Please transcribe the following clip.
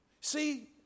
See